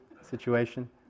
situation